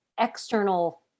external